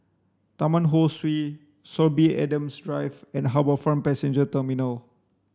Taman Ho Swee Sorby Adams Drive and HarbourFront Passenger Terminal